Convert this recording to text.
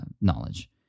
knowledge